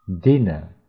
dinner